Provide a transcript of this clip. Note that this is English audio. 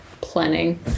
planning